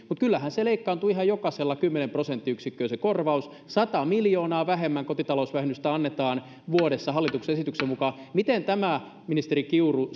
mutta kyllähän se korvaus leikkaantuu ihan jokaisella kymmenen prosenttiyksikköä sata miljoonaa vähemmän kotitalousvähennystä annetaan vuodessa hallituksen esityksen mukaan miten tämä ministeri kiuru